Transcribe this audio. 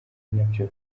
nabyo